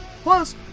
Plus